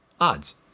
odds